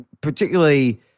particularly